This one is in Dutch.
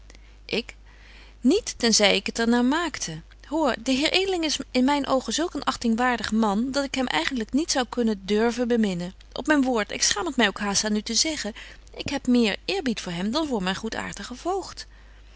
ik niet ten zy ik het er naar maakte hoor de heer edeling is in myn oogen zulk een agtingwaardig man dat ik hem eigentlyk niet zou kunnen of durven beminnen op myn woord ik schaam het my ook haast aan u te zeggen ik heb meer eerbied voor hem dan voor myn goedaartigen voogd